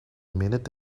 minute